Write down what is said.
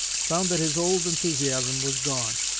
found that his old enthusiasm was gone.